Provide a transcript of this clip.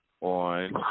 on